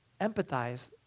empathize